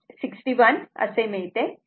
61 असे मिळते